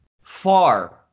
far